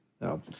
No